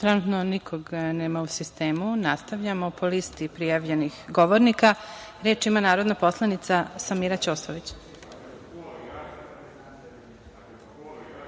trenutno nikoga nema u sistemu, nastavljamo po listi prijavljenih govornika. Reč ima narodna poslanica Samira